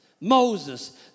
Moses